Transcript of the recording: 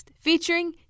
featuring